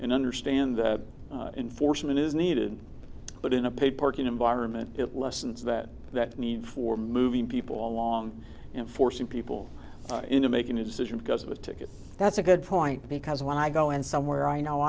and understand enforcement is needed but in a paid parking environment it lessens that that need for moving people along and forcing people into making a decision because of a ticket that's a good point because when i go in somewhere i know